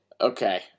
Okay